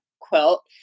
quilt